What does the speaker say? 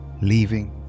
leaving